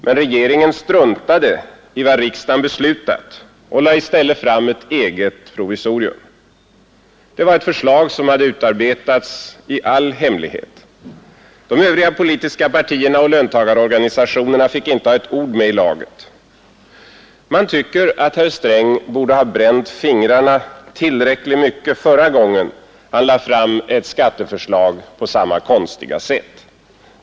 Men regeringen struntade i vad riksdagen beslutat och lade i stället fram ett eget provisorium. Det var ett förslag som hade utarbetats i all hemlighet. De övriga politiska partierna och löntagarorganisationerna fick inte ha ett ord med i laget. Man tycker att herr Sträng borde ha bränt fingrarna tillräckligt mycket förra gången han lade fram ett skatteförslag på samma konstiga sätt.